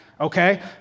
okay